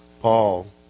Paul